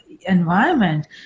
environment